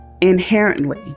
inherently